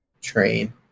train